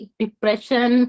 depression